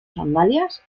sandalias